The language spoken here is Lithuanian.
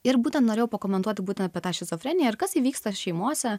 ir būtent norėjau pakomentuoti būtent apie tą šizofreniją ir kas įvyksta šeimose